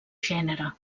gènere